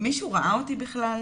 מישהו ראה אותי בכלל?